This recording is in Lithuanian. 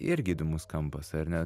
irgi įdomus kampas ar ne